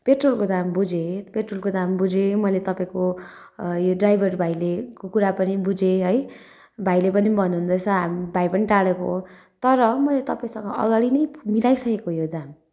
पेट्रोलको दाम बुझेँ पेट्रोलको दाम बुझेँ मैले तपाईँको यो ड्राइभर भाइले कुरा पनि बुझेँ है भाइले पनि भन्नुहुँदैछ भाइ पनि टाढोको हो तर मैले तपाईँसँग अगाडि नै मिलाइसकेको यो दाम